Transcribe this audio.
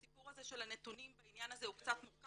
הסיפור הזה של הנתונים בעניין הזה הוא קצת מורכב